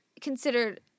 considered